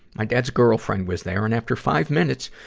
my dad's girlfriend was there and after five minutes,